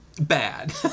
bad